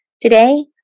Today